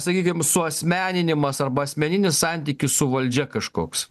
sakykim suasmeninimas arba asmeninis santykis su valdžia kažkoks